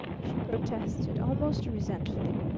she protested almost resentfully.